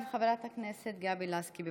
עכשיו חברת הכנסת גבי לסקי.